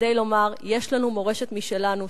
כדי לומר: יש לנו מורשת משלנו,